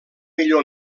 millor